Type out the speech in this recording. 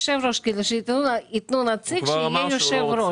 שיתנו נציג שיהיה יושב-ראש.